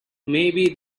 maybe